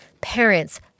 parents